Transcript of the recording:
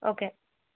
okay